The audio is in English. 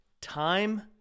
time